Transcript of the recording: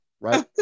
right